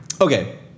Okay